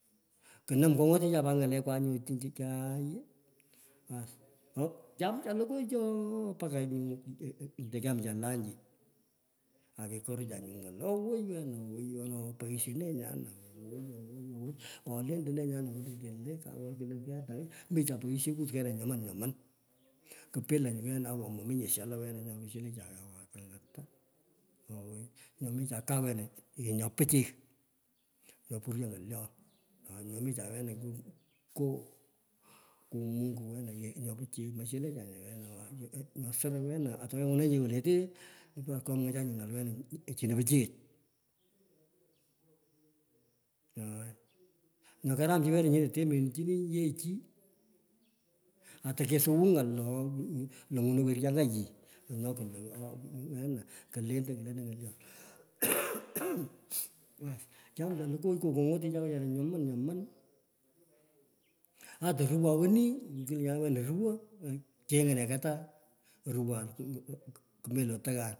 “ kunam kong’oticha pat nyalekwa chinchi chai, baas, kyamcha lokoy choo mpaka nyu tokyamcha lanchi. Aketorocha nyu ng’al lo owoi wena, owoi, weno, poghisho nee nyana, owei, owoi owoi, oo, lentene nyana wole kau nyana, kulo atae micha peisheut kena nyoman nyoman kubila nyu kena, owo mominye shala wena nyo koshelecha ko ata, owoi. Nyo micha kau wena nyo pichiy, nyo poryo ng’olyon, aai. Nyo micha wena nyo mungu wena ye nyo pichiy, moshechanye wena nyo, nyo soro wena, ato ingunanyi wolete, kwamwechanyi ng’al wena chino pichiyech. Aai, anayo karam chi wena nyino tembeaonchini yee chi ateke sowou ng’al loo, lo ng’ono werianga yii wena kelentei kelentene ny’olyon baas, kyamcha lokoy ngo kong’otichan wechara nyoman nyoman, ata ruwan weni, kulenchanih wena ruwo, chenyo nee kataa, oruwan kumelo otoghan.